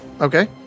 Okay